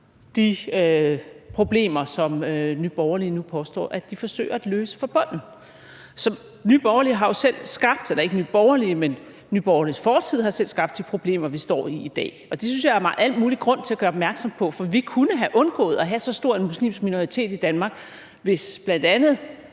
de problemer, som Nye Borgerlige nu påstår at de forsøger at løse fra bunden. Så Nye Borgerliges fortid har jo selv skabt de problemer, vi står i i dag, og det synes jeg der er al mulig grund til at gøre opmærksom på. For vi kunne have undgået at have så stor en muslimsk minoritet i Danmark, hvis bl.a. Nye